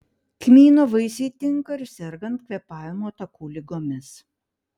kmyno vaisiai tinka ir sergant kvėpavimo takų ligomis